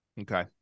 Okay